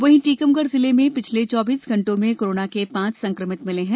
वहीं टीकमगढ़ जिले में पिछले चौबीस घंटे में कोरोना के पांच संक्रमित मिले हैं